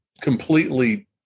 completely